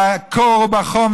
בקור ובחום,